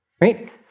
right